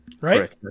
right